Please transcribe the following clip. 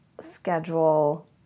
schedule